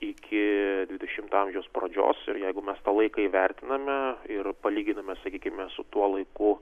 iki dvidešimto amžiaus pradžios ir jeigu mes tą laiką įvertiname ir palyginame sakykime su tuo laiku